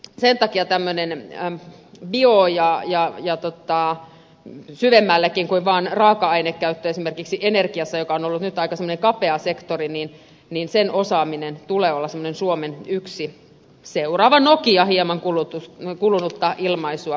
sen takia tämmöisten bio asioiden osaamisen ja syvemmällekin kuin vaan esimerkiksi raaka ainekäyttöön energiassa joka on ollut nyt aika kapea sektori tulee olla yksi suomen seuraava nokia hieman kulunutta ilmaisua käyttääkseni